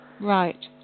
right